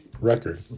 record